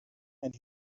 and